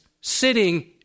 sitting